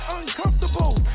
uncomfortable